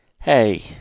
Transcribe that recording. Hey